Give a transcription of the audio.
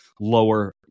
lower